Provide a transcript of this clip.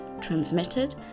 transmitted